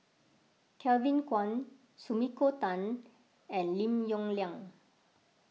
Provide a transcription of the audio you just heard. Kevin Kwan Sumiko Tan and Lim Yong Liang